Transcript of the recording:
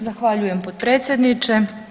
Zahvaljujem potpredsjedniče.